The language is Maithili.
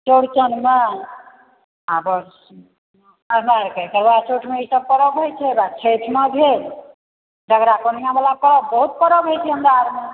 चौरचनमे आ बस करवाचौथमे ईसभ करयके होइत छै आ छठिमे भेल जागरातनवला पर्व बहुत पर्व होइत छै हमरा आओरमे